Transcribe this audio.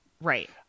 Right